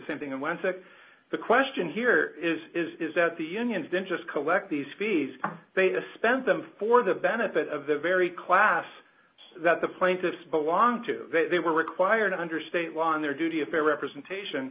same thing and went that the question here is is that the union didn't just collect these fees they spent them for the benefit of the very class that the plaintiff belonged to they were required under state law in their duty a fair representation